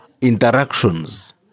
interactions